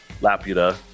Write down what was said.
Laputa